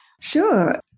Sure